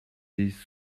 des